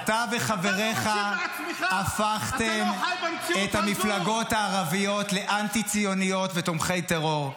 אתה וחבריך הפכתם את המפלגות הערביות לאנטי-ציוניות ותומכות טרור.